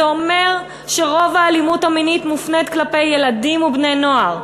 זה אומר שרוב האלימות המינית מופנית כלפי ילדים ובני-נוער.